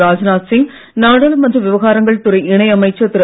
ராஜ்நாத் சிங் நாடாளுமன்ற விவகாரங்கள் துறை இணை அமைச்சர் திரு